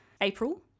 April